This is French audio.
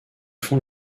font